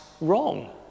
wrong